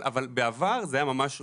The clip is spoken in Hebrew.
אבל בעבר זה היה ממש ---.